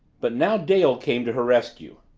but now dale came to her rescue.